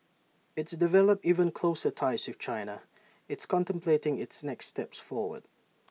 it's developed even closer ties with China it's contemplating its next steps forward